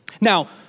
Now